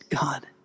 God